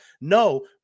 No